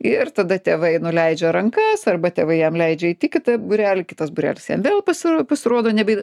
ir tada tėvai nuleidžia rankas arba tėvai jam leidžia eit į kitą būrelį kitas būrelis vėl pasir pasirodo nebeįd